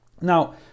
Now